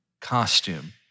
costume